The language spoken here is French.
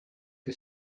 que